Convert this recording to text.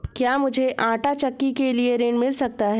क्या मूझे आंटा चक्की के लिए ऋण मिल सकता है?